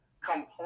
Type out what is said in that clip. complain